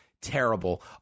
terrible